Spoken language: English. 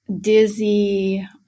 dizzy